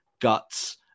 guts